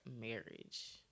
marriage